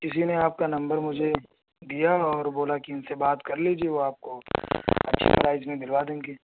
کسی نے آپ کا نمبر مجھے دیا اور بولا کہ ان سے بات کر لیجئے وہ آپ کو اچھے پرائز میں دلوا دیں گے